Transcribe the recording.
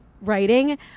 writing